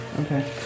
Okay